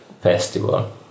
festival